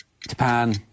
Japan